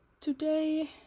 today